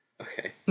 okay